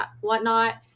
whatnot